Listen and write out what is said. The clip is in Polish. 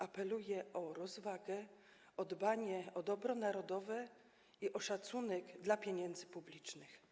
Apeluję o rozwagę, o dbanie o dobro narodowe i o szacunek dla pieniędzy publicznych.